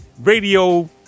radio